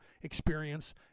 experience